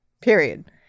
period